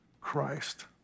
Christ